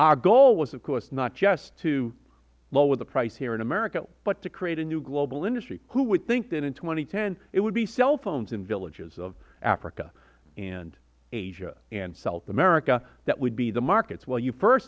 our goal was of course not just to lower the price here in america but to create a new global industry who would think that in two thousand and ten there would be cellphones in villages of africa and asia and south america that would be the markets well you first